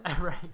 Right